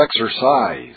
exercise